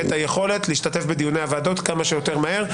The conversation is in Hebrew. היכולת להשתתף בדיוני הוועדות כמה שיותר מהר.